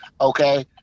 Okay